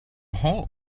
whole